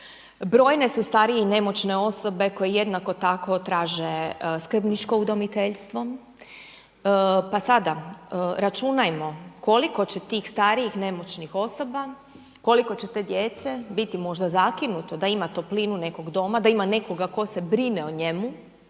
brojne su starije i nemoćne osobe koje jednako tako traže skrbničko udomiteljstvo. Pa sada računajmo koliko će tih starijih i nemoćnih osoba, koliko će te djece biti možda zakinuto da ima toplinu nekog doma, da ima nekoga tko se brine o njemu